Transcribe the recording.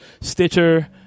Stitcher